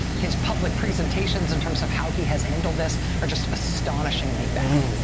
his public presentations and terms of how he has handled this are just astonishingly bad.